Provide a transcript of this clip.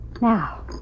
Now